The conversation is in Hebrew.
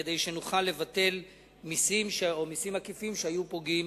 כדי שנוכל לבטל מסים עקיפים שהיו פוגעים